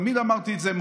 תמיד אמרתי את זה,